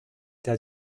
der